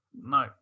No